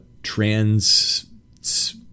trans